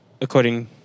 according